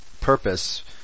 purpose